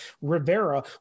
Rivera